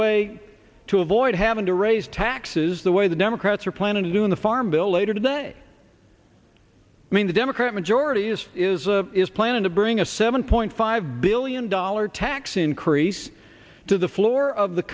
way to avoid having to raise taxes the way the democrats are planning to do in the farm bill later today i mean the democrat majority is is a is planning to bring a seven point five billion dollars tax increase to the floor of the